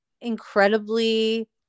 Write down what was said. incredibly